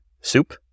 soup